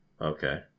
Okay